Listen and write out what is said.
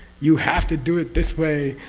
you have to do it this way,